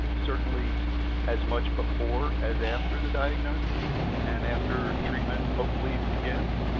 certainly as much before as after the diagnosis and after treatment hopefully begins,